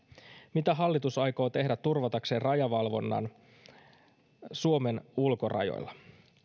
mitä hallitus aikoo tehdä turvatakseen rajavalvonnan ja rajaturvallisuuden suomen ulkorajoilla